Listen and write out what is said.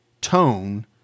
tone